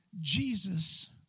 Jesus